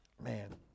man